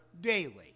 daily